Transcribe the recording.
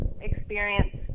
experience